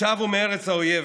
ושבו ומארץ האויב.